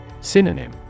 Synonym